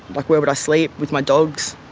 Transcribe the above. like where would i sleep with my dogs?